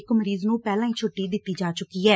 ਇਕ ਮਰੀਜ਼ ਨੂੰ ਪਹਿਲਾਂ ਹੀ ਛੁੱਟੀ ਦਿੱਤੀ ਜਾ ਚੁੱਕੀ ਐ